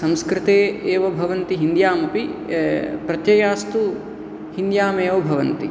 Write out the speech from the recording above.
संस्कृते एव भवन्ति हिन्द्याम् अपि प्रत्ययास्तु हिन्द्यां एव भवन्ति